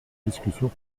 discussion